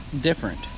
different